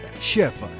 Chef